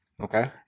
Okay